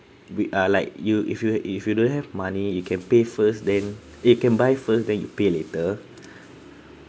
with ah like you if you if you don't have money you can pay first then you can buy first then you pay later